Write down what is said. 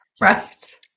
Right